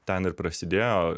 ten ir prasidėjo